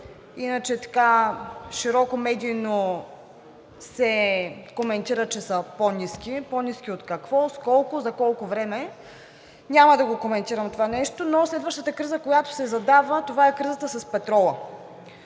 иначе широко медийно се коментира, че са по-ниски. По-ниски от какво, с колко, за колко време? Няма да го коментирам това нещо. Но следващата криза, която се задава, е кризата с петрола.